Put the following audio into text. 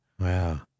Wow